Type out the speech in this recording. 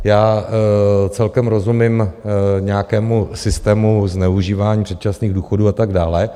Já celkem rozumím nějakému systému zneužívání předčasných důchodů a tak dále.